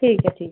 ठीक ऐ ठीक